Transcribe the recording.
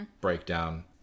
breakdown